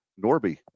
Norby